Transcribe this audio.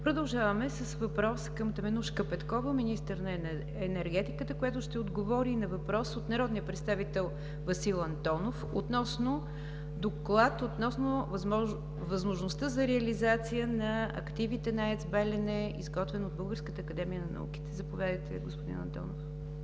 Продължаваме с въпрос към Теменужка Петкова – министър на енергетиката, която ще отговори на въпрос от народния представител Васил Антонов относно доклад относно възможността за реализация на активите на АЕЦ „Белене“, изготвен от Българската академия на науките. Заповядайте, господин Антонов.